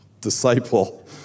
disciple